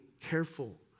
careful